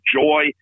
joy